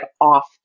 off